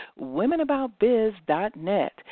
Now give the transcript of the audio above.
womenaboutbiz.net